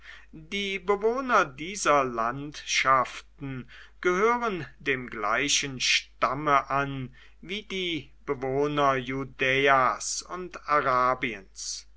die bewohner dieser landschaften gehören dem gleichen stamme an wie die bewohner judäas und